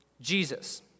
Jesus